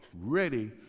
ready